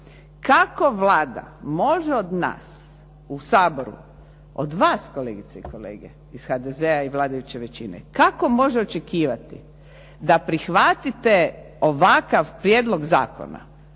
Kako Vlada može od nas u Saboru, od vas kolegice i kolege iz HDZ-a i vladajuće većine, kako može očekivati da prihvatite ovakav prijedlog zakona